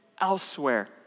elsewhere